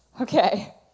Okay